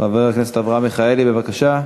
חבר הכנסת אברהם מיכאלי, שלוש דקות, בבקשה.